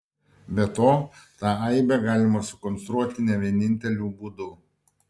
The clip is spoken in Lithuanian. be to tą aibę galima sukonstruoti ne vieninteliu būdu